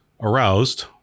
aroused